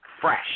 fresh